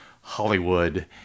Hollywood